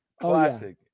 classic